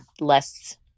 less